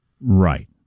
Right